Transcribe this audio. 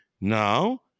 Now